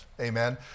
amen